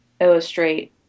illustrate